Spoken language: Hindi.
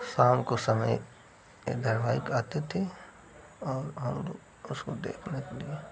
शाम के समय यह धारावाहिक आते थे और और उसको देखने के लिए